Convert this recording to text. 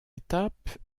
étape